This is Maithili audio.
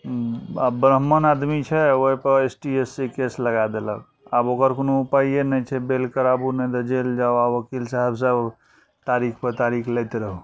आब ब्राह्मण आदमी छै ओहिपर S T S C case लगा देलक आब ओकर कोनो उपाइए नहि छै बेल कराबू नहि तऽ जेल जाउ आ ओकील साहेब सब तारीख पर तारीख लैत रहू